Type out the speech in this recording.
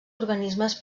organismes